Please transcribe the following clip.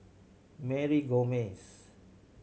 Mary Gomes